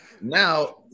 Now